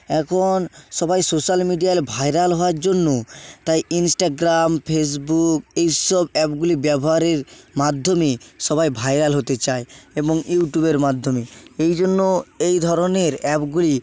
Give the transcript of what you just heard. এখন সবাই social media viral হওয়ার জন্য তাই ইনস্টাগ্রাম ফেসবুক এইসব অ্যাপগুলি ব্যবহারের মাধ্যমে সবাই ভাইরাল হতে চায় এবং ইউটিউবের মাধ্যমে এই জন্য এই ধরনের অ্যাপগুলি